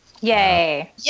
Yay